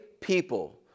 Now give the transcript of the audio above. people